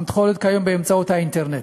המתחוללת כיום באמצעות האינטרנט.